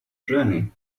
journey